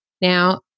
Now